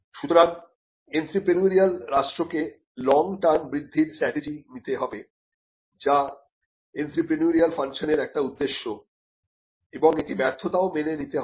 সুতরাং এন্ত্রেপ্রেনিউরিয়াল রাষ্ট্রকে long term বৃদ্ধির স্ট্র্যাটেজি নিতে হবে যা এন্ত্রেপ্রেনিউরিয়াল ফাংশনের একটি উদ্দেশ্য এবং একে ব্যর্থতাও মেনে নিতে হবে